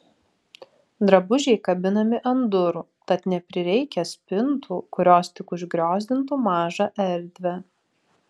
drabužiai kabinami ant durų tad neprireikia spintų kurios tik užgriozdintų mažą erdvę